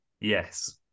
yes